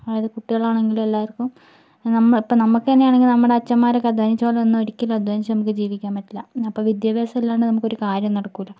അതായത് കുട്ടികളാണെങ്കിലും എല്ലാവർക്കും നമ്മൾ ഇപ്പൊൾ നമ്മൾക്കെന്നെയാണെങ്കിൽ നമ്മുടെ അച്ഛന്മാരൊക്കെ അധ്വാനിച്ചപോലൊന്നും ഒരിക്കലും അധ്വാനിച്ച് നമുക്ക് ജീവിക്കാൻ പറ്റില്ല അപ്പൊൾ വിദ്യാഭ്യാസം ഇല്ലാണ്ട് നമുക്കൊരു കാര്യവും നടക്കൂല